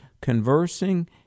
conversing